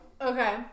Okay